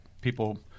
people